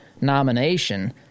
nomination